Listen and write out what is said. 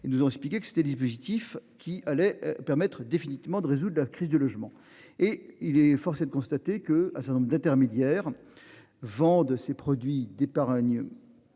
Ils nous ont expliqué que c'était des fugitifs, qui allait permettre définitivement de résoudre la crise du logement et il est forcé de constater que un certain nombre d'intermédiaires vendent ces produits d'épargne.